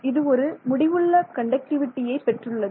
இது ஒரு முடிவுள்ள கண்டக்டிவிட்டியை பெற்றுள்ளது